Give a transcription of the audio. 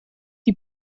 die